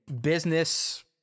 business